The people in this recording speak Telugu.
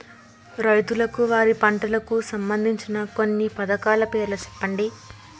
రైతులకు వారి పంటలకు సంబందించిన కొన్ని పథకాల పేర్లు చెప్పండి?